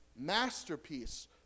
masterpiece